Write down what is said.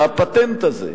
והפטנט הזה,